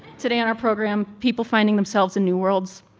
today on our program, people finding themselves in new worlds.